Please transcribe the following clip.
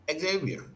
Xavier